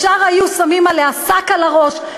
ישר היו שמים עליה שק על הראש,